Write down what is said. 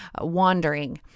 wandering